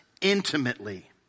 intimately